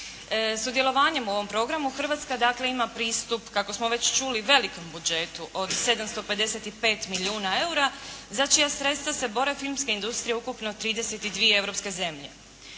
Sudjelovanjem u ovom programu Hrvatska dakle ima pristup kako smo već čuli, velikom budžetu od 755 milijuna eura za čija sredstva se bore filmske industrije, ukupno 32 europske zemlje.